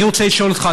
אני רוצה לשאול אותך,